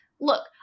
Look